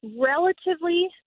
relatively